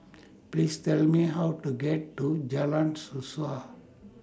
Please Tell Me How to get to Jalan Suasa